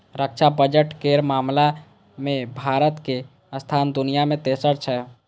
रक्षा बजट केर मामला मे भारतक स्थान दुनिया मे तेसर छै